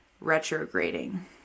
retrograding